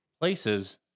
places